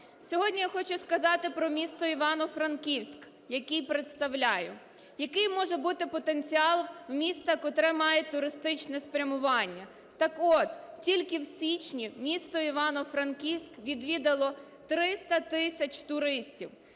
Сьогодні я хочу сказати про місто Івано-Франківськ, яке представляю. Який може бути потенціал в міста, котре має туристичне спрямування? Так-от тільки в січні місто Івано-Франківськ відвідало 300 тисяч туристів.